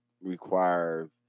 require